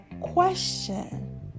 question